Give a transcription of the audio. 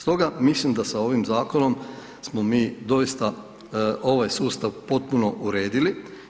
Stoga mislim da sa ovim zakonom smo mi doista ovaj sustav potpuno uredili.